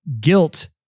guilt